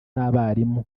n’abarimu